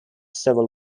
civil